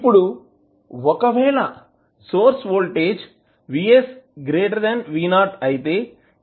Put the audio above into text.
ఇప్పుడు ఒకవేళ source voltage VS V 0 అయితే ఏమవుతుందో చూద్దాం